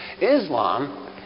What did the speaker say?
Islam